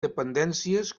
dependències